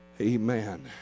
Amen